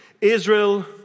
Israel